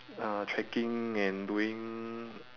uh trekking and doing